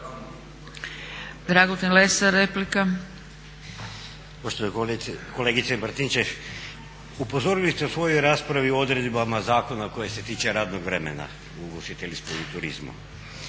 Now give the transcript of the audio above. Stranka rada)** Poštovana kolegice Martinčev, upozorili ste u svojoj raspravi o odredbama zakona koji se tiče radnog vremena u ugostiteljstvu i turizmu